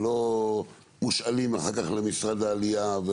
ולא מושאלים אחר כך למשרד העלייה?